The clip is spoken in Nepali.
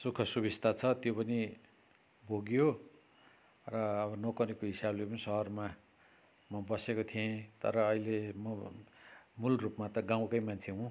सुख सुबिस्ता छ त्यो पनि भोगियो र अब नोकरीको हिसाबले पनि सहरमा म बसेको थिएँ तर अहिले म मूल रूपमा त गाउँकै मान्छे हुँ